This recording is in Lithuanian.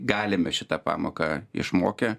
galime šitą pamoką išmokę